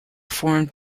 formed